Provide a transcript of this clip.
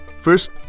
First